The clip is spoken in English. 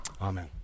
Amen